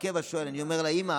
אני אומר: אימא,